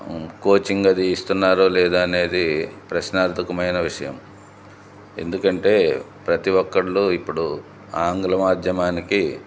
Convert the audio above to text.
అవును కోచింగ్ అది ఇస్తున్నారో లేదా అనేది ప్రశ్నార్ధకమైన విషయం ఎందుకంటే ప్రతీ ఒక్కళ్ళు ఇప్పుడు ఆంగ్ల మాధ్యమానికి